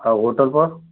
हाँ होटल पर